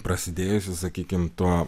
prasidėjusi sakykim tuo